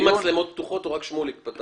עם מצלמות פתוחות או רק שמוליק פתח?